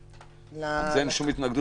לזה אין שום התנגדות,